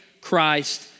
Christ